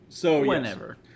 Whenever